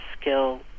skill